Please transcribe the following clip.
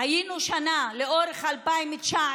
היינו שנה, לאורך 2019,